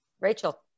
Rachel